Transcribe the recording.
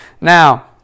Now